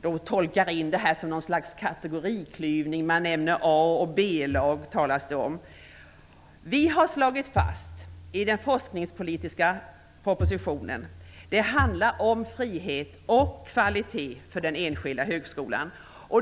Det talas om att vi nämner A och Vi har slagit fast i den forskningspolitiska propositionen att det handlar om frihet och kvalitet för den enskilda högskolan.